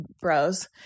bros